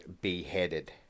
beheaded